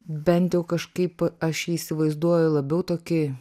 bent jau kažkaip aš jį įsivaizduoju labiau tokį